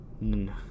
no